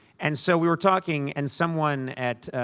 and so we were talking, and someone at